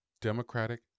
Democratic